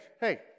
hey